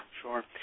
sure